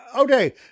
okay